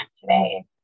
today